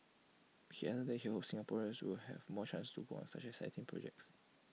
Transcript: he added that he hopes Singaporeans will have more chances to work on such exciting projects